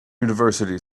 university